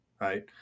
Right